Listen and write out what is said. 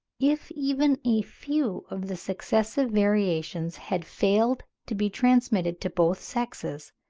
if even a few of the successive variations had failed to be transmitted to both sexes,